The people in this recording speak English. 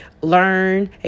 Learn